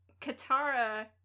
Katara